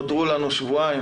נותרו לנו שבועיים.